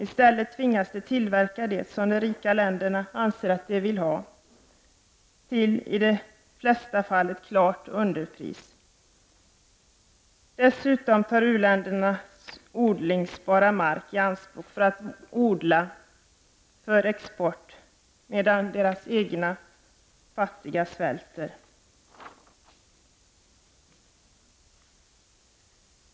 I stället tvingas de tillverka det som de rika länderna anser att de vill ha, till i de flesta fall ett klart underpris. Dessutom tas u-ländernas odlingsbara mark i anspråk för att odla för export — medan deras egna fattiga svälter.